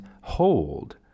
hold